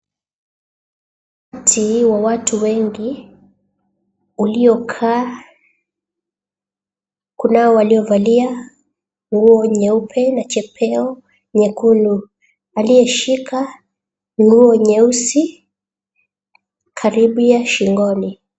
Umati wa watu wengi uliokaa. Kunao waliovalia nguo nyeupe na chepeo nyekundu, aliyeshika nguo nyeusi karibu ya shingoni.